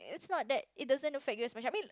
it's not that it doesn't affect you as much I mean